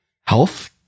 health